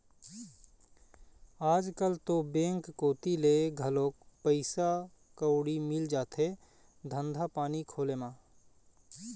आजकल तो बेंक कोती ले घलोक पइसा कउड़ी मिल जाथे धंधा पानी खोले म